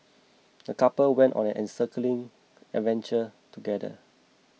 the couple went on an enriching adventure together